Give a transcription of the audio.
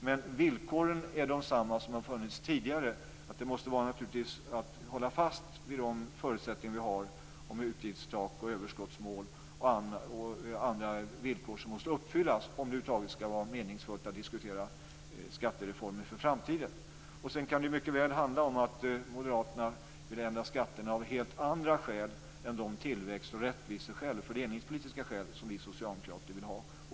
Men villkoren är desamma som de som funnits tidigare: Det gäller naturligtvis att hålla fast vid de förutsättningar vi har om utgiftstak, överskottsmål och andra villkor som måste uppfyllas för att det över huvud taget skall vara meningsfullt att diskutera skattereformer för framtiden. Sedan kan det mycket väl handla om att Moderaterna vill ändra skatterna av helt andra skäl än de tillväxt och rättviseskäl och de fördelningspolitiska skäl som vi socialdemokrater vill ha.